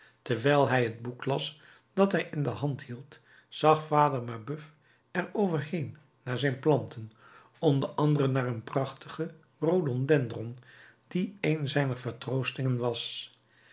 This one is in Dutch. terwijl hij het boek las dat hij in de hand hield zag vader mabeuf er over heen naar zijn planten onder anderen naar een prachtigen rhododendron die een zijner vertroostingen was